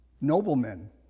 Noblemen